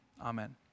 amen